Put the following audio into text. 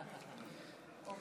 חוק פירעון ושיקום כלכלי (תיקון מס' 3) (הוראת שעה לעניין מינוי נאמן),